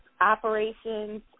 operations